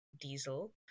diesel